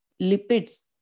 lipids